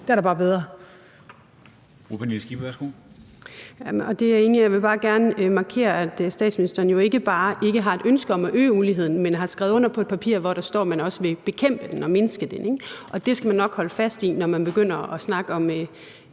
Pernille Skipper (EL): Det er jeg enig i, men jeg vil bare gerne markere, at statsministeren jo ikke bare ikke har et ønske om at øge uligheden, men har skrevet under på et papir, hvor der står, at man også vil bekæmpe den og mindske den. Det skal man nok holde fast i, når man begynder at snakke om